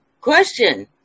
question